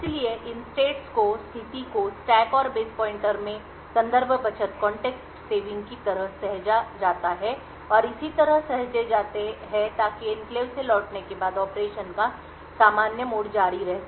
इसलिए इन states को स्टैक और बेस पॉइंटर में संदर्भ बचत की तरह सहेजा जाता है और इसी तरह सहेजे जाते हैं ताकि एन्क्लेव से लौटने के बाद ऑपरेशन का सामान्य मोड जारी रह सके